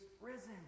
risen